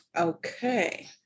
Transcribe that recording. Okay